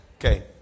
okay